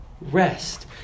rest